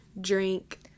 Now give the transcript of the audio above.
drink